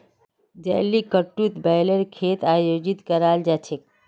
जलीकट्टूत बैलेर खेल आयोजित कराल जा छेक